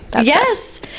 yes